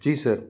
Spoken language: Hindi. जी सर